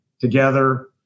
together